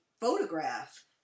photograph